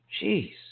Jeez